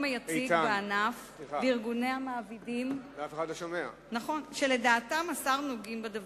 היציג בענף וארגוני המעבידים שלדעת השר נוגעים בדבר,